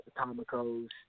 Atomico's